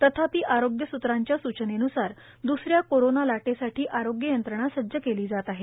तथापि आरोग्य सूत्रांच्या सूचनेन्सार द्सऱ्या कोरोना लाटेसाठी आरोग्य यंत्रणा सज्ज केली जात आहे